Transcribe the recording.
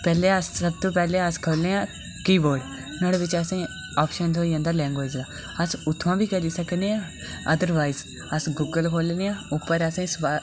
पैह्लें अस सब तू पैह्लें अस खोल्लने आं की बोर्ड न्हाड़े बिच असें ऑप्शन थ्होई जंदा लैंग्वेज़ दा अस उत्थुआं बी करी सकने आं अदरवाईज़ अस गूगल खोल्लने आं उप्पर असें ई